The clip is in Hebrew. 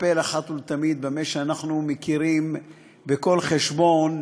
לטפל אחת ולתמיד במה שאנחנו מכירים בכל חשבון: